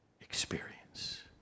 experience